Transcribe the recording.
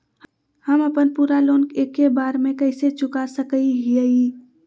हम अपन पूरा लोन एके बार में कैसे चुका सकई हियई?